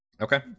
Okay